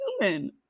human